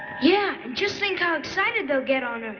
yeah, and just think how excited they'll get on earth,